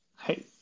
hey